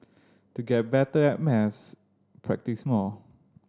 to get better at maths practise more